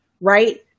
right